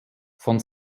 von